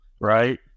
Right